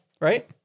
right